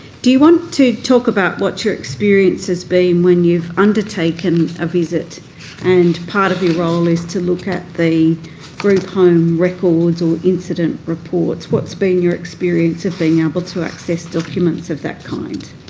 do you want to talk about what your experience has been when you've undertaken a visit and part of your role is to look at the group home records or incident reports? what's been your experience of being able to access documents of that kind?